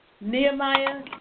Nehemiah